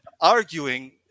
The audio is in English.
arguing